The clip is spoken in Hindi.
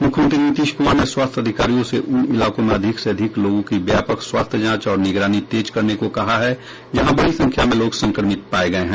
मूख्यमंत्री नीतीश क्मार ने स्वास्थ्य अधिकारियों से उन इलाकों में अधिक से अधिक लोगों की व्यापक स्वास्थ्य जांच और निगरानी तेज करने को कहा है जहां बड़ी संख्या में लोग संक्रमित पाए गए हैं